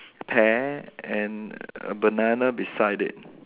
pear and banana beside it